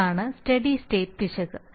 ഇതാണ് steady state പിശക്